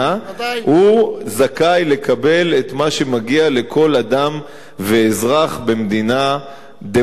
הוא זכאי לקבל את מה שמגיע לכל אדם ואזרח במדינה דמוקרטית,